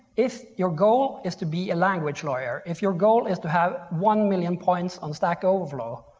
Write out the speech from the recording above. if your goal is to be a language warrior, if your goal is to have one million points on stack overflow,